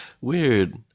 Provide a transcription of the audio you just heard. Weird